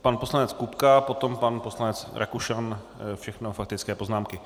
Pan poslanec Kupka, potom pan poslanec Rakušan, všechno faktické poznámky.